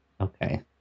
Okay